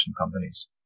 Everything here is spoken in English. companies